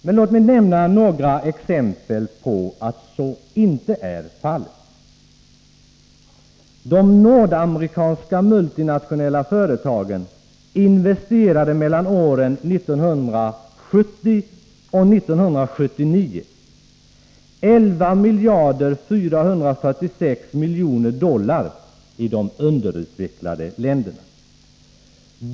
Men låt mig nämna några exempel på att så inte är fallet: De nordamerikanska multinationella företagen investerade mellan åren 1970 och 1979 11 446 miljoner dollar i de underutvecklade länderna.